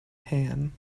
tan